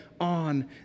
on